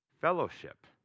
Fellowship